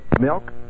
milk